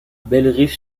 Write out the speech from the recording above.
bellerive